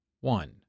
One